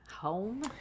home